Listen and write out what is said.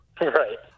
Right